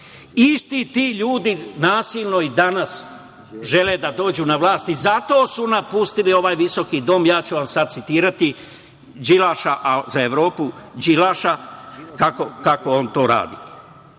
Isti ti ljudi nasilno i danas žele da dođu na vlast i zato su napustili ovaj visoki dom. Ja ću vam sad citirati Đilasa, a za Evropu Đilaša, kako on to radi.